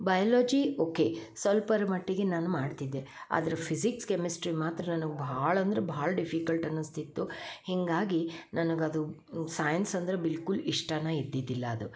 biology okay ಸ್ವಲ್ಪಾರು ಮಟ್ಟಿಗೆ ನಾನು ಮಾಡ್ತಿದ್ದೆ ಆದ್ರ ಫಿಝಿಕ್ಸ್ ಕೆಮೆಸ್ಟ್ರಿ ಮಾತ್ರ ನನಗ ಭಾಳ ಅಂದ್ರ ಭಾಳ ಡಿಫಿಕಲ್ಟ್ ಅನಿಸ್ತಿತ್ತು ಹೀಗಾಗಿ ನನಗ ಅದು ಸೈನ್ಸ್ ಅಂದರೆ ಬಿಲ್ಕುಲ್ ಇಷ್ಟನ ಇದ್ದಿದಿಲ್ಲ ಅದು